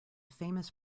famous